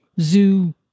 zoo